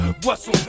boisson